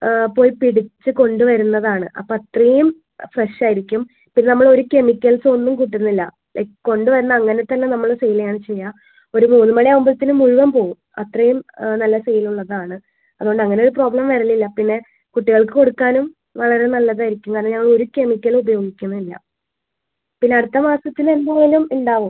പോയി പിടിച്ച് കൊണ്ട് വരുന്നതാണ് അപ്പോൾ അത്രയും ഫ്രഷായിരിക്കും പിന്നെ നമ്മൾ ഒരു കെമിക്കൽസും ഒന്നും കൂട്ടുന്നില്ല ലൈക്ക് കൊണ്ട് വരുന്ന അങ്ങനെ തന്നെ നമ്മൾ സെയില് ചെയ്യുകയാണ് ചെയ്യുക ഒരു മൂന്ന് മണിയാവുമ്പത്തേക്ക് മുഴുവൻ പോവും അത്രയും നല്ല സെയിലുള്ളതാണ് അതുകൊണ്ട് അങ്ങനെ പ്രോബ്ലം വരുന്നില്ല പിന്നെ കുട്ടികൾക്ക് കൊടുക്കാനും വളരെ നല്ലതായിരിക്കും കാരണം ഞങ്ങൾ ഒരു കെമിക്കലും ഉപയോഗിക്കുന്നില്ല പിന്നെ അടുത്ത മാസത്തിൽ എന്തായാലും ഉണ്ടാവും